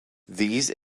these